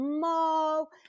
small